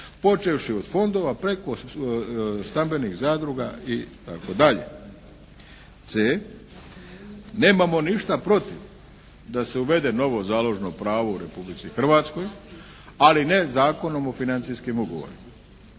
počevši od fondova preko stambenih zadruga itd. c) Nemamo ništa protiv da se uvede novo založno pravo u Republici Hrvatskoj, ali ne Zakonom o financijskim ugovorima.